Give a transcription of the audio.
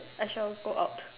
I shall go out